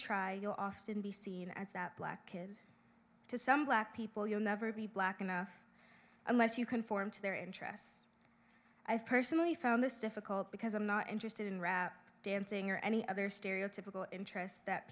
try you'll often be seen as that black kid to some black people you'll never be black unless you conform to their interests i personally found this difficult because i'm not interested in rap dancing or any other stereotypical interest that